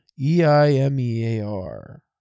E-I-M-E-A-R